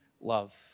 love